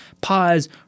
pause